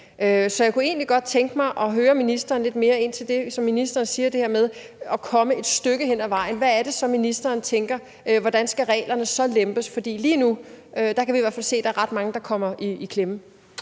Så jeg kunne egentlig godt tænke mig at høre lidt mere ind til det, som minister siger med at komme et stykke hen ad vejen, for hvad er det så, ministeren tænker? Hvordan skal reglerne så lempes? For lige nu kan vi hvert fald se, at der er ret mange, der kommer i klemme.